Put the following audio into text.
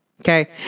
okay